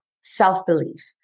self-belief